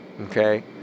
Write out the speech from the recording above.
Okay